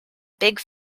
big